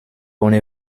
ohne